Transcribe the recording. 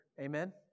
Amen